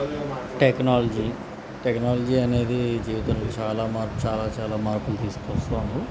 technology technology అనేది జీవితంలో చాలా మార్పు చాలా చాలా మార్పులు తీసుకొస్తూ ఉంది